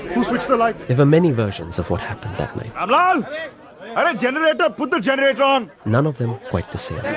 who switched the lights over many versions of what happened that night and a generator put the generator on, none of them quite the same